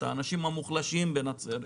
את האנשים המוחלשים בנצרת,